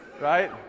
right